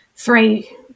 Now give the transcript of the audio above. three